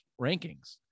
rankings